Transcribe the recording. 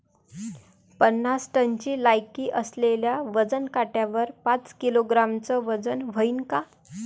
पन्नास टनची लायकी असलेल्या वजन काट्यावर पाच किलोग्रॅमचं वजन व्हईन का?